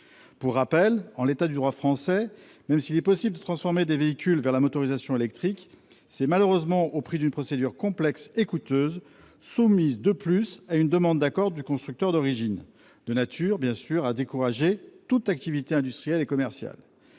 Pour rappel, en l'état du droit français, s'il est possible de transformer des véhicules vers la motorisation électrique, c'est malheureusement au prix d'une procédure complexe et coûteuse, soumise de surcroît à une demande d'accord du constructeur d'origine, ce qui est évidemment de nature à décourager toute activité industrielle et commerciale.